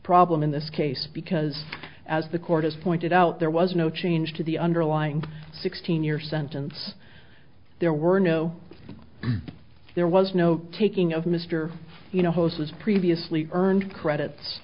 problem in this case because as the court has pointed out there was no change to the underlying sixteen year sentence there were no there was no taking of mr you know hose was previously earned credits